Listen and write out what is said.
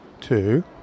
two